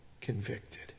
convicted